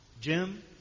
Jim